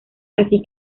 así